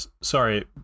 Sorry